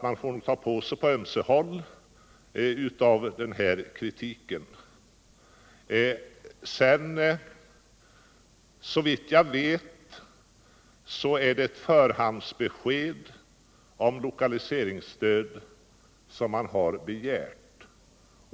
Man får nog på ömse håll ta på sig av den här kritiken. Såvitt jeg vet är det ett förhandsbesked om lokaliseringsstöd man har begärt.